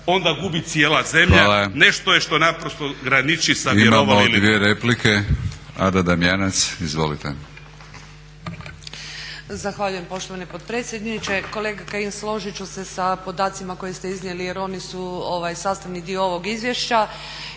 onda gubi cijela zemlja, nešto je što naprosto graniči sa vjerovali ili ne. **Batinić, Milorad (HNS)** Imamo dvije replike. Ada Damjanac, izvolite. **Damjanac, Ada (SDP)** Zahvaljujem poštovani potpredsjedniče. Kolega Kajin, složit ću se sa podacima koje ste iznijeli jer su oni su sastavni dio ovog izvješća